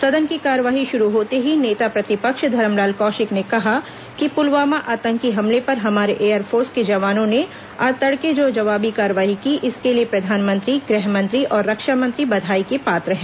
सदन की कार्यवाही शुरु होते ही नेता प्रतिपक्ष धरमलाल कौशिक ने कहा कि पुलवामा आतंकी हमले पर हमारे एयरफोर्स के जवानों ने आज तड़के जो जवाबी कार्रवाई की इसके लिए प्रधानमंत्री गृह मंत्री और रक्षा मंत्री बधाई के पात्र हैं